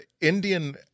Indian